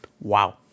Wow